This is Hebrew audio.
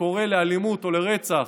שקורא לאלימות או לרצח,